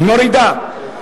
מורידה.